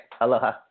Aloha